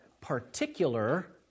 particular